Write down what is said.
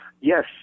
Yes